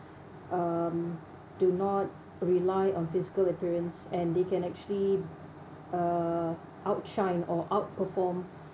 um do not rely on physical appearance and they can actually uh outshine or outperform